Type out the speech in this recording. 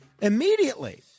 immediately